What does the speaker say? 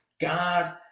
God